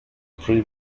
free